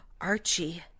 Archie